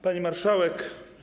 Pani Marszałek!